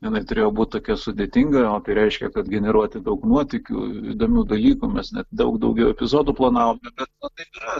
jinai turėjo būt tokia sudėtinga o tai reiškia kad generuoti daug nuotykių įdomių dalykų mes net daug daugiau epizodų planavom na bet na taip yra